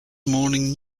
morning